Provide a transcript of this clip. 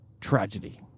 tragedy